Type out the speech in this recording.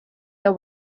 deu